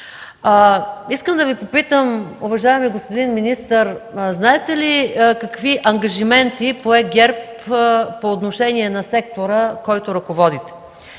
Искам да Ви попитам, уважаеми господин министър, знаете ли какви ангажименти пое ГЕРБ по отношение на сектора, който ръководите?